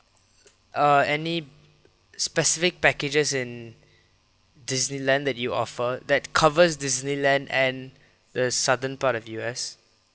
err any specific packages in disneyland that you offer that covers disneyland and the southern part of U_S